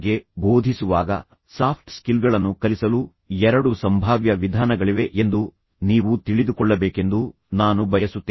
ಈ ಕೋರ್ಸ್ನ ಬಗ್ಗೆ ಬೋಧಿಸುವಾಗ ಸಾಫ್ಟ್ ಸ್ಕಿಲ್ಗಳನ್ನು ಕಲಿಸಲು ಎರಡು ಸಂಭಾವ್ಯ ವಿಧಾನಗಳಿವೆ ಎಂದು ನೀವು ತಿಳಿದುಕೊಳ್ಳಬೇಕೆಂದು ನಾನು ಬಯಸುತ್ತೇನೆ